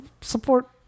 support